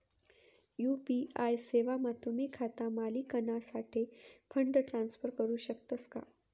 UPI सेवामा तुम्ही खाता मालिकनासाठे फंड ट्रान्सफर करू शकतस का